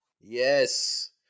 Yes